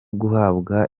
guhabwa